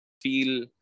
feel